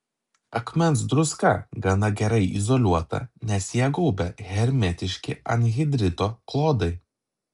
akmens druska gana gerai izoliuota nes ją gaubia hermetiški anhidrito klodai